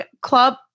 Club